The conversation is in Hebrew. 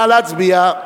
נא להצביע.